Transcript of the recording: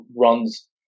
runs